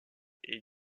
est